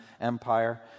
Empire